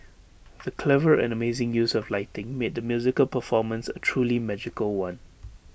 the clever and amazing use of lighting made the musical performance A truly magical one